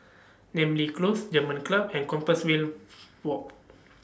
Namly Close German Club and Compassvale Walk